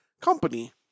company